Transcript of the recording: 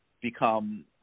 become